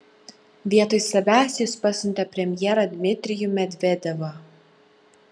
vietoj savęs jis pasiuntė premjerą dmitrijų medvedevą